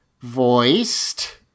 voiced